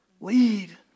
Lead